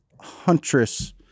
huntress